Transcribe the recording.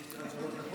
כי יש לי רק שלוש דקות,